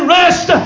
rest